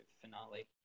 finale